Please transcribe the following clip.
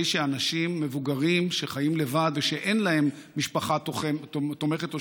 שאנשים מבוגרים שחיים לבד ושאין להם משפחה תומכת,